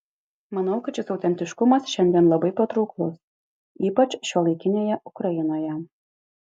manau kad šis autentiškumas šiandien labai patrauklus ypač šiuolaikinėje ukrainoje